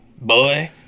boy